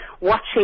watching